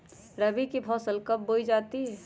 रबी की फसल कब बोई जाती है?